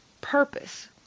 purpose